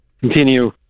continue